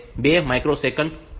5 microsecond હશે